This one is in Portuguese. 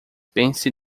pense